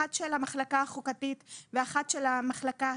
אחת של המחלקה החוקתית ואחת של המחלקה הפלילית,